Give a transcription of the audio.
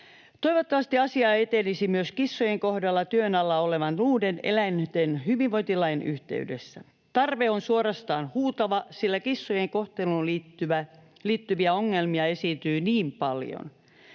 Toivottavasti asia etenisi myös kissojen kohdalla työn alla olevan uuden eläinten hyvinvointilain yhteydessä. Tarve on suorastaan huutava, sillä kissojen kohteluun liittyviä ongelmia esiintyy niin paljon.